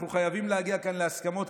אנחנו חייבים להגיע כאן להסכמות,